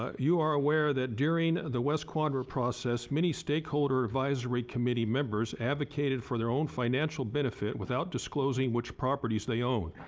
ah you are aware that during the west quadrant process many stakeholder advisory committee members advocated for their own financial benefit without disclosing which properties they own.